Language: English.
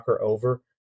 over